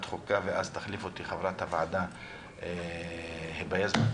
חוקה ואז תחליף אותי חברת הוועדה היבה יזבק.